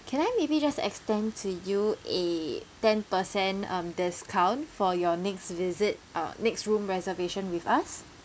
can I maybe just extend to you a ten percent um discount for your next visit uh next room reservation with us